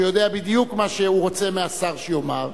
שיודע בדיוק מה שהוא רוצה מהשר שיאמר,